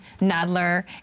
Nadler